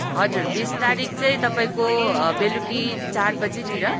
हजुर बिस तारिक चाहिँ तपाईँको बेलुकी चार बजीतिर